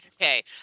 okay